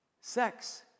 sex